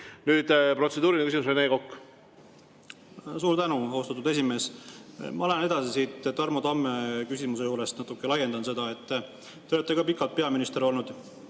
Nüüd on protseduuriline küsimus Rene Kokal. Suur tänu, austatud esimees! Ma lähen edasi Tarmo Tamme küsimuse juurest, natuke laiendan seda. Te olete varem pikalt peaminister olnud.